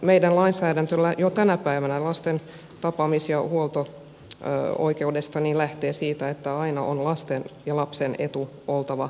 meidän lainsäädäntömme lasten tapaamis ja huolto oikeudesta lähtee jo tänä päivänä siitä että lasten ja lapsen edun on aina oltava keskiössä